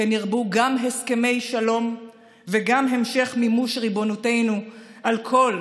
כן ירבו גם הסכמי שלום וגם המשך מימוש ריבונותנו על כל,